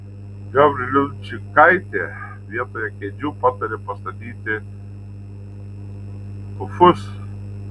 gavrilčikaitė vietoje kėdžių patarė pastatyti pufus